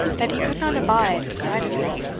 that he could not abide the sight of him.